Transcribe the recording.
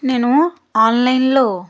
నేను ఆన్లైన్లో